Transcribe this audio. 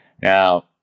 Now